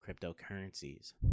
cryptocurrencies